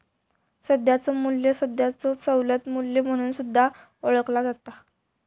सध्याचो मू्ल्य सध्याचो सवलत मू्ल्य म्हणून सुद्धा ओळखला जाता